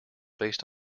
based